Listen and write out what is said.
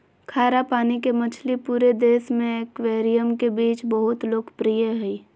खारा पानी के मछली पूरे देश में एक्वेरियम के बीच बहुत लोकप्रिय हइ